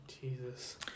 Jesus